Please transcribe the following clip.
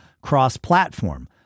cross-platform